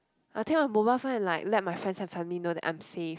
I think a mobile phone like let my friends and family know that I'm safe